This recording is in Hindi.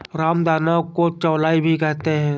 रामदाना को चौलाई भी कहते हैं